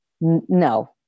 no